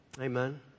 Amen